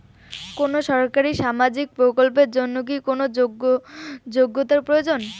কোনো সরকারি সামাজিক প্রকল্পের জন্য কি কোনো যোগ্যতার প্রয়োজন?